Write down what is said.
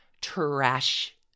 trash